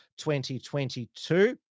2022